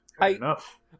Enough